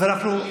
אז אנחנו,